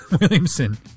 Williamson